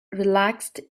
relaxed